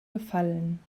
gefallen